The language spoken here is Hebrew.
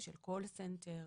לכן הסעיפים שיש כאן,